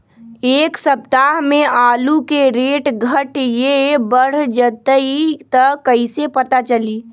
एक सप्ताह मे आलू के रेट घट ये बढ़ जतई त कईसे पता चली?